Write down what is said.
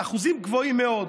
עם אחוזים גבוהים מאוד.